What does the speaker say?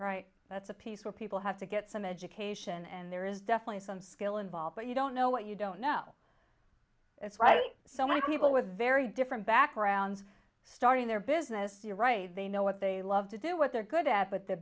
both that's a piece where people have to get some education and there is definitely some skill involved but you don't know what you don't know so many people with very different backgrounds starting their business you're right they know what they love to do what they're good at but the